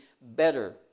better